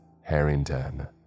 Harrington